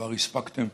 כבר הספקתם,